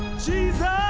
jesus!